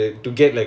oh